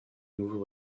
nouveau